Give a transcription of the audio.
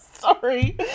sorry